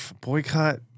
boycott